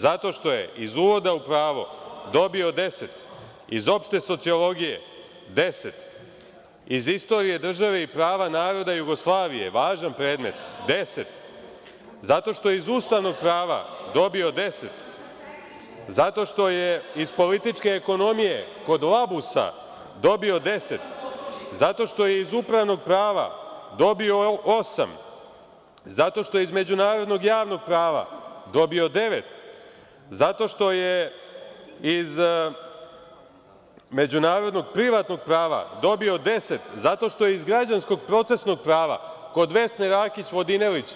Zato što je iz uvoda u pravo dobio 10, iz opšte sociologije 10, iz istorije države i prava naroda Jugoslavije, važan predmet, 10. (Radoslav Milojičić: Povreda Poslovnika.) Zato što je iz ustavnog prava dobio 10, zato što je iz političke ekonomije kod Labusa dobio 10, zato što je iz upravnog prava dobio 8, zato što je iz međunarodnog javnog prava dobio 9, zato što je iz međunarodnog privatnog prava dobio 10, zato što je iz građanskog procesnog prava kod Vesne Rakić Vodinelić,